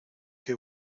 qué